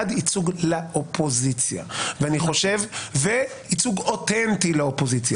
כאשר האחד הוא ייצוג לאופוזיציה וייצוג אוטנטי לאופוזיציה.